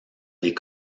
des